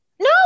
No